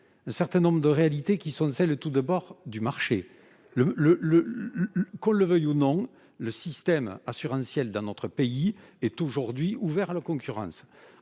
un certain nombre de réalités, à commencer par celles du marché. Qu'on le veuille ou non, le système assurantiel dans notre pays est aujourd'hui ouvert à la concurrence,